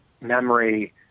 memory